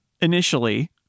initially